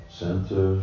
center